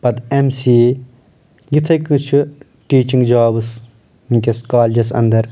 تہٕ اٮ۪م سی اے یتھٕے کٔنۍ چھِ ٹیٖچنٛگ جابٕس وُنکیٚس کالجیٚس انٛدر